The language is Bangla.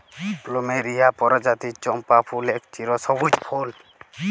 প্লুমেরিয়া পরজাতির চম্পা ফুল এক চিরসব্যুজ ফুল